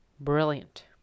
brilliant